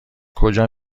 کجا